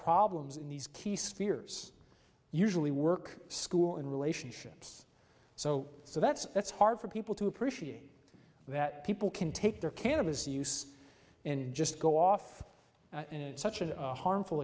problems in these key spears usually work school and relationships so so that's that's hard for people to appreciate that people can take their cannabis use and just go off in such a harmful